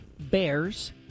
Bears